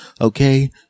Okay